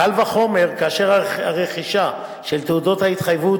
קל וחומר כאשר הרכישה של תעודות ההתחייבות